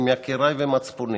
עם יקיריי ומצפוני.